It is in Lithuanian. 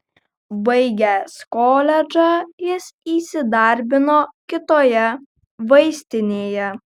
baigęs koledžą jis įsidarbino kitoje vaistinėje